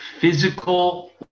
physical